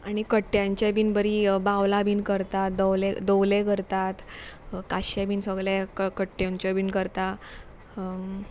आनी कट्ट्यांचें बीन बरीं बावलां बीन करतात दवले दोवले करतात कांशे बीन सगले क कट्ट्यांच्यो बीन करता